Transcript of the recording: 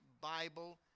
Bible